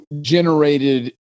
generated